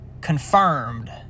confirmed